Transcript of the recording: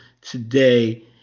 today